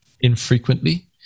infrequently